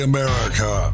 America